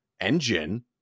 engine